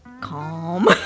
calm